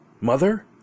MOTHER